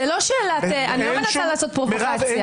אני לא מנסה לעשות פרובוקציה.